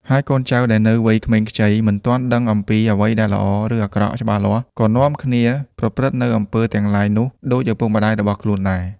ហើយកូនចៅដែលនៅវ័យក្មេងខ្ចី មិនទាន់ដឹងអំពីអ្វីដែលល្អ ឬអាក្រក់ច្បាស់លាស់ ក៏នាំគ្នាប្រព្រឹត្តនូវ អំពើទាំងឡាយនោះ ដូចឪពុកម្តាយរបស់ខ្លួនដែរ។